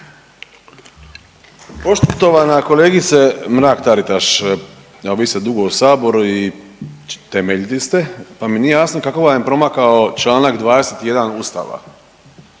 Poštovana kolegice Mrak Taritaš, a vi ste dugo u saboru i temeljiti ste pa mi nije jasno kako vam je promakao Članak 21. Ustava.